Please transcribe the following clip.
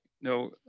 no